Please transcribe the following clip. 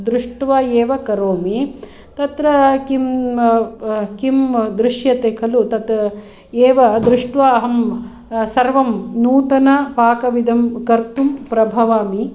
दृष्ट्वा एव करोमि तत्र किं किं दृश्यते खलु तत् एव दृष्ट्वा अहं सर्वं नूतनपाकविधं कर्तुं प्रभवामि